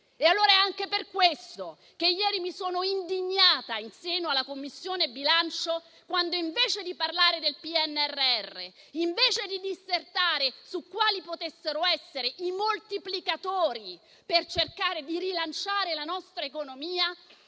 crescere. È anche per questo che ieri mi sono indignata in seno alla Commissione bilancio quando, invece di parlare del PNRR, invece di dissertare su quali potessero essere i moltiplicatori per cercare di rilanciare la nostra economia,